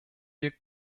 wir